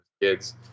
kids